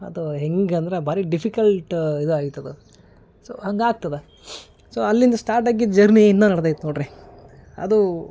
ಅದು ಹೆಂಗಂದ್ರೆ ಭಾರಿ ಡಿಫಿಕಲ್ಟು ಇದಾಗ್ತದ ಸೊ ಹಂಗಾಗ್ತದೆ ಸೊ ಅಲ್ಲಿಂದ ಸ್ಟಾರ್ಟಾಗಿದ್ದು ಜರ್ನಿ ಇನ್ನೂ ನಡ್ದೈತೆ ನೋಡಿರಿ ಅದು